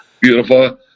beautiful